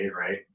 Right